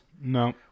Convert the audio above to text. No